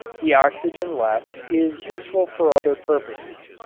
the oxygen left is useful for other purposes.